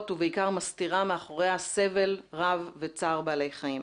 ובעיקר מסתירה מאחוריה סבל רב וצער בעלי חיים.